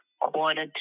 quarter